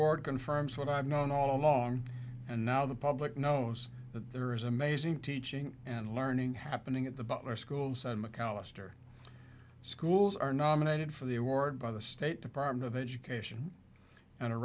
ward confirms what i've known all along and now the public knows that there is amazing teaching and learning happening at the butler schools and mcallister schools are nominated for the award by the state department of education and a